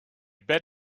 bet